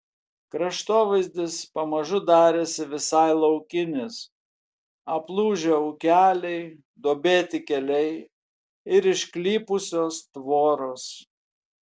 kraštovaizdis pamažu darėsi visai laukinis aplūžę ūkeliai duobėti keliai ir išklypusios tvoros